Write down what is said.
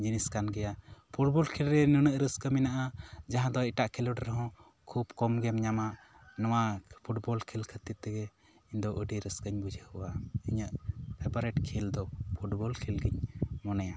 ᱡᱤᱱᱤᱥ ᱠᱟᱱ ᱜᱮᱭᱟ ᱯᱷᱩᱴᱵᱚᱞ ᱠᱷᱮᱞ ᱨᱮ ᱱᱩᱱᱟᱹᱜ ᱨᱟᱹᱥᱠᱟᱹ ᱢᱮᱱᱟᱜᱼᱟ ᱡᱟᱦᱟᱸ ᱫᱚ ᱮᱴᱟᱜ ᱠᱷᱮᱞᱳᱰ ᱨᱮᱦᱚᱸ ᱠᱷᱩᱵ ᱠᱚᱢ ᱜᱮᱢ ᱧᱟᱢᱟ ᱱᱚᱶᱟ ᱯᱷᱩᱴᱵᱚᱞ ᱠᱷᱮᱞ ᱠᱷᱟᱹᱛᱤᱨ ᱛᱮᱜᱮ ᱤᱧᱫᱚ ᱟᱹᱰᱤ ᱨᱟᱹᱥᱠᱟᱹᱧ ᱵᱩᱡᱷᱟᱹᱣᱟ ᱤᱧᱟᱹᱜ ᱯᱷᱮᱵᱟᱨᱮᱴ ᱠᱷᱮᱞ ᱫᱚ ᱯᱷᱩᱴᱵᱚᱞ ᱠᱷᱮᱞ ᱜᱮᱧ ᱢᱚᱱᱮᱭᱟ